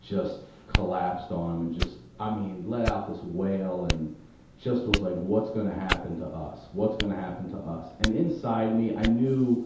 just collapsed on him, and, just, i mean, let out this wail and just was like, what's gonna happen to us? what's gonna happen to us? and inside me i knew,